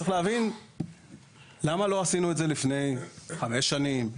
צריך להבין למה לא עשינו את זה לפני 5 שנים,